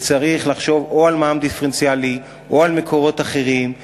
וצריך לחשוב או על מע"מ דיפרנציאלי או על מקורות אחרים.